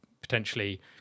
potentially